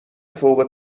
فوق